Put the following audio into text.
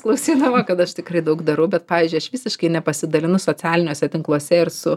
klausydama kad aš tikrai daug darau bet pavyzdžiui aš visiškai nepasidalinu socialiniuose tinkluose ir su